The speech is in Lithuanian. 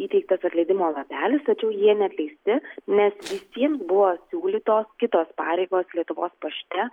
įteiktas atleidimo lapelis tačiau jie neatleisti nes visiems buvo siūlytos kitos pareigos lietuvos pašte